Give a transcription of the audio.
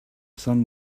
son